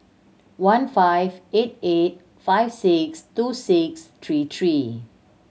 one five eight eight five six two six three three